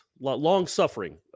long-suffering